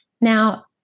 Now